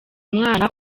umwana